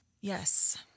Yes